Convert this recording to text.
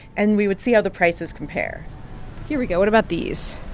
and we would see how the prices compare here we go. what about these?